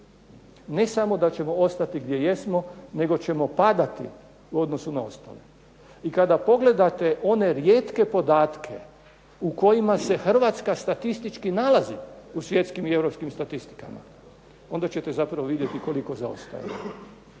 ne samo da ćemo ostati gdje jesmo, nego ćemo padati u odnosu na ostale. I kada pogledate one rijetke podatke u kojima se Hrvatska statistički nalazi u svjetskim i europskim statistikama, onda ćete zapravo vidjeti koliko zaostajemo,